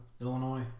Illinois